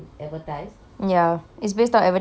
ya it's based on advertisement [what]